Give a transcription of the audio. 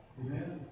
amen